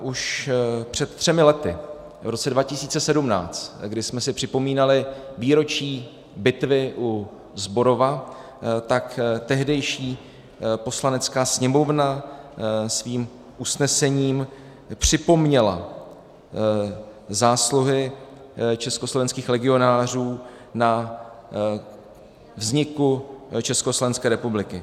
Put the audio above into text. Už před třemi lety, v roce 2017, kdy jsme si připomínali výročí bitvy u Zborova, tehdejší Poslanecká sněmovna svým usnesením připomněla zásluhy československých legionářů na vzniku Československé republiky.